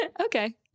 okay